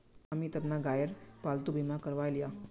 अमित अपना गायेर पालतू बीमा करवाएं लियाः